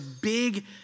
big